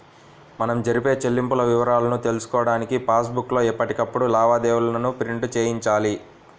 మనం జరిపే చెల్లింపుల వివరాలను తెలుసుకోడానికి పాస్ బుక్ లో ఎప్పటికప్పుడు లావాదేవీలను ప్రింట్ చేయించాలి